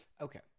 Okay